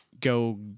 Go